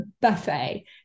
buffet